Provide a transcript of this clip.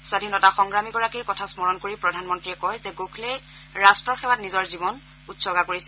স্বাধীনতা সংগ্ৰামীগৰাকীৰ কথা স্মৰণ কৰি প্ৰধানমন্ত্ৰীয়ে কয় যে গোখলে ৰাষ্টৰ সেৱাত নিজৰ জীৱন উৎসৰ্গা কৰিছিল